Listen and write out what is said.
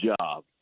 job